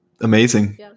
Amazing